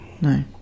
No